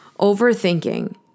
overthinking